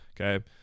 Okay